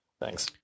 thanks